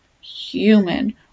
human